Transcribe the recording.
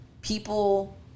people